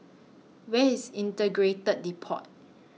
Where IS Integrated Depot